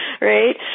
right